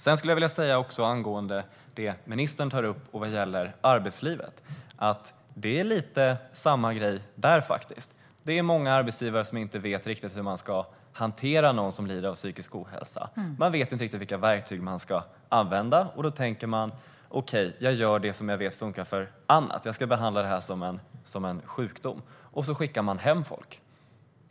Jag vill även säga något om det som ministern tog upp angående arbetslivet. Det är lite samma grej där. Många arbetsgivare vet inte riktigt hur de ska hantera någon som lider av psykisk ohälsa. De vet inte vilka verktyg de ska använda utan tänker att de ska göra det de vet funkar för annat. De behandlar det som en sjukdom och skickar hem folk.